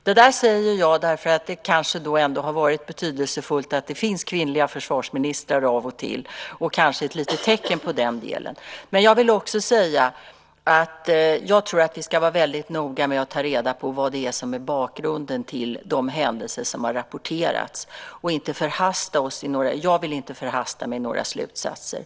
Det säger jag därför att jag tror att det ändå har varit betydelsefullt att det finns kvinnliga försvarsministrar av och till, och detta kanske är ett litet tecken på det. Jag vill också säga att jag tror att vi ska vara väldigt noga med att ta reda på vad som är bakgrunden till de händelser som har rapporterats. Jag vill inte förhasta mig i några slutsatser.